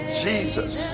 jesus